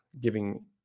giving